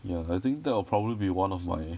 ya I think that would probably be one of my